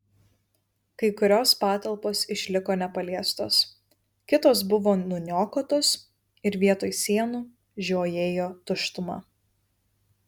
kai kurios patalpos išliko nepaliestos kitos buvo nuniokotos ir vietoj sienų žiojėjo tuštuma